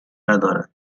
ندارد